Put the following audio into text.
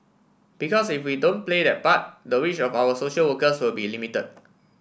because if we don't play that part the reach of our social workers will be limited